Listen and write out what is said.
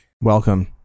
Welcome